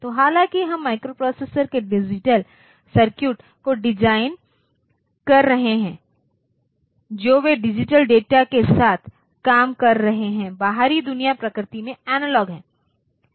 तो हालांकि हम माइक्रोप्रोसेसरों के डिजिटल सर्किट को डिजाइन कर रहे हैं जो वे डिजिटल डेटा के साथ काम कर रहे हैं बाहरी दुनिया प्रकृति में एनालॉग है